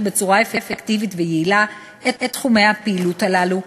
בצורה אפקטיבית ויעילה את תחומי הפעילות הללו,